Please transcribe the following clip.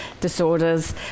disorders